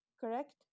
correct